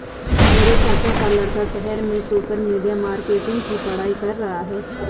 मेरे चाचा का लड़का शहर में सोशल मीडिया मार्केटिंग की पढ़ाई कर रहा है